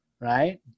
right